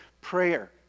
prayer